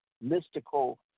mystical